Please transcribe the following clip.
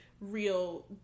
real